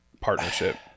partnership